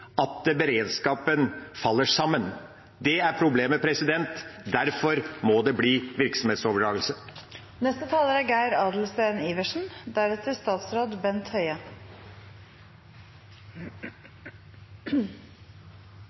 at beredskapen faller sammen. Det er problemet. Derfor må det bli